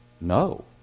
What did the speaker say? no